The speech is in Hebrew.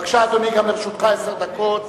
בבקשה, אדוני, גם לרשותך עשר דקות.